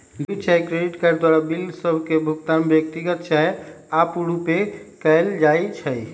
debit चाहे credit card द्वारा bill सभ के भुगतान व्यक्तिगत चाहे आपरुपे कएल जाइ छइ